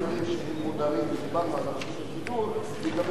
ודיברנו על רשות השידור לגבי השידורים לאוכלוסייה הערבית.